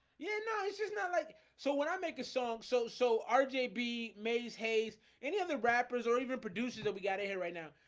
ya know it's just not like so when i make a song so so um rj b mays hayes any other rappers or even producers that we got in here right now?